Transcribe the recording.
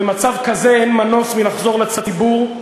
במצב כזה אין מנוס מלחזור לציבור,